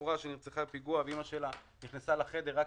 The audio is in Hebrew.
בחורה שנרצחה בפיגוע ואימא שלה נכנסה לחדר רק